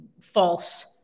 false